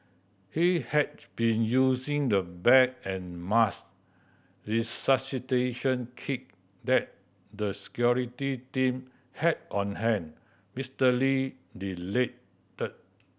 he had been using the bag and mask resuscitation kit that the security team had on hand Mister Lee related